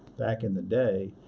back in the day,